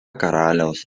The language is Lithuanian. karaliaus